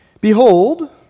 Behold